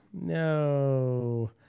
no